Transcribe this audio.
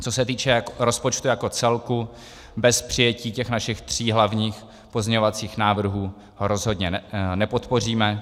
Co se týče rozpočtu jako celku, bez přijetí našich tří hlavních pozměňovacích návrhů ho rozhodně nepodpoříme.